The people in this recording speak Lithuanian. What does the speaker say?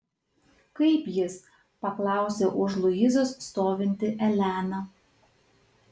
kaip jis paklausė už luizos stovinti elena